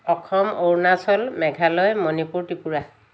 Assam Arunachal Meghalaya Manipur Tripura